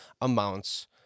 amounts